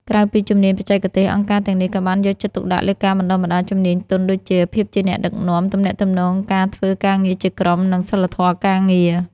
ក្រៅពីជំនាញបច្ចេកទេស អង្គការទាំងនេះក៏បានយកចិត្តទុកដាក់លើការបណ្តុះបណ្តាលជំនាញទន់ដូចជា ភាពជាអ្នកដឹកនាំ ទំនាក់ទំនងការធ្វើការងារជាក្រុម និងសីលធម៌ការងារ។